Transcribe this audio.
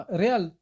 real